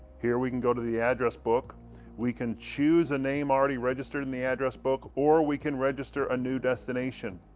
here we can go to the address book we can choose a name already registered in the address book or we can register a new destination